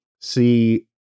see